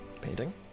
Painting